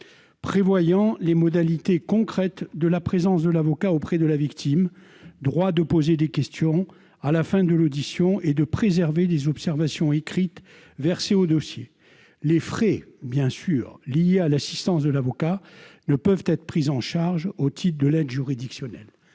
prévoyant les modalités concrètes de la présence de l'avocat auprès de la victime- droit de poser des questions à la fin de l'audition et de présenter des observations écrites versées au dossier. Les frais liés à l'assistance de l'avocat ne pourraient être pris en charge au titre de l'aide juridictionnelle.